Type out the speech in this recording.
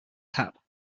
cap